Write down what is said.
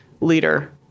leader